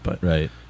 Right